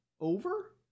over